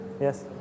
Yes